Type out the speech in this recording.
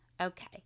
Okay